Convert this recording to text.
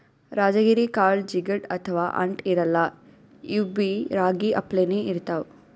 ರಾಜಗಿರಿ ಕಾಳ್ ಜಿಗಟ್ ಅಥವಾ ಅಂಟ್ ಇರಲ್ಲಾ ಇವ್ಬಿ ರಾಗಿ ಅಪ್ಲೆನೇ ಇರ್ತವ್